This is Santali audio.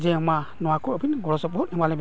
ᱡᱮ ᱢᱟ ᱱᱚᱣᱟᱠᱚ ᱟᱵᱤᱱ ᱜᱚᱲᱚ ᱥᱚᱯᱚᱦᱚᱫ ᱮᱢᱟᱞᱮᱵᱮᱱ